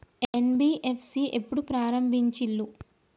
NBFC ఎప్పుడు ప్రారంభించిల్లు?